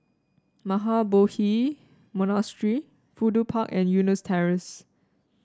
Mahabodhi Monastery Fudu Park and Eunos Terrace